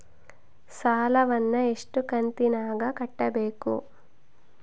ಸಾಲವನ್ನ ಎಷ್ಟು ಕಂತಿನಾಗ ಕಟ್ಟಬೇಕು?